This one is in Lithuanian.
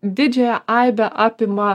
didžiąją aibę apima